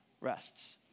rests